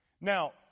Now